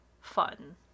fun